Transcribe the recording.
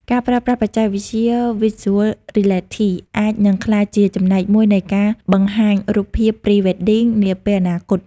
ការប្រើប្រាស់បច្ចេកវិទ្យា Virtual Reality អាចនឹងក្លាយជាចំណែកមួយនៃការបង្ហាញរូបភាព Pre-wedding នាពេលអនាគត។